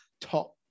top